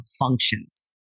functions